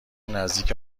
نزدیک